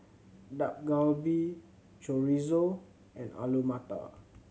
Dak Galbi Chorizo and Alu Matar